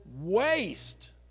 waste